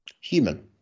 Human